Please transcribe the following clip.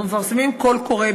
אנחנו מפרסמים קול קורא,